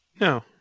No